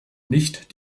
nicht